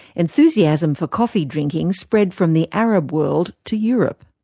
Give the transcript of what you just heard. enthusiasm for coffee drinking spread from the arab world to europe.